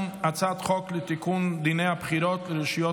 אני קובע כי הצעת חוק החוזים (חלק כללי) (תיקון מס' 3),